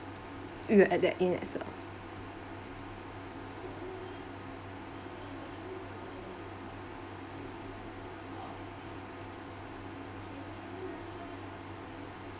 you add that in as well